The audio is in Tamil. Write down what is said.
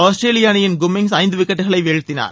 ஆஸ்திரேலிய அணியின் கும்மிங்ஸ் ஐந்து விக்கெட்டுகளை வீழ்த்தினார்